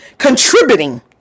Contributing